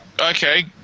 okay